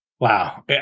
Wow